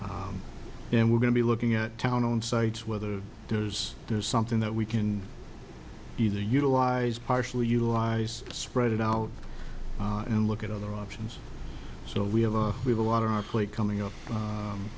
minute and we're going to be looking at town on sites whether there's there's something that we can either utilize partially utilize spread it out and look at other options so we have a we have a lot of play coming up